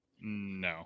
No